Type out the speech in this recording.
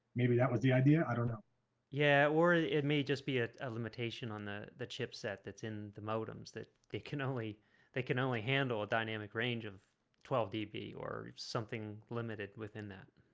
maybe that was the idea. i don't know yeah or it may just be a limitation on the the chipset that's in the modems that they can only they can only handle a dynamic range of twelve db or something limited within that